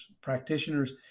practitioners